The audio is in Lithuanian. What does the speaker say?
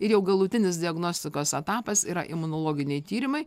ir jau galutinis diagnostikos etapas yra imunologiniai tyrimai